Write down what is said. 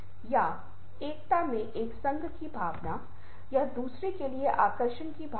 तो आप देखते हैं कि इस शून्यता के बारे में एक विशेष गुण बनाया जाता है कि यह शून्यता एक विशिष्ट प्रकार की होती है